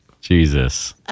Jesus